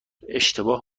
اشتباه